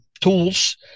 tools